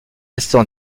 restées